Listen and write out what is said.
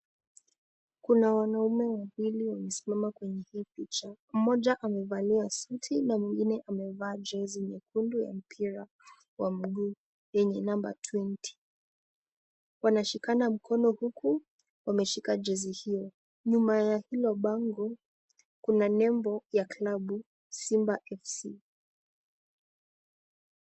Kuna wanaume wawili wamesimama kwenye hii picha mmoja amevalia suti na mwingine amevaa jezi nyekundu ya mpira wa mguu yenye number twenty .Wanashikana mkono huku wameshika jezi hiyo, nyuma ya hilo bango kuna nembo ya klabu Simba FC.